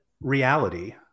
reality